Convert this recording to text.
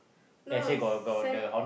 no sa~